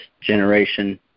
generation